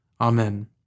Amen